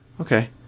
Okay